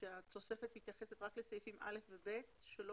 שהתוספת מתייחסת רק לסעיפים (א) ו-(ב) שלא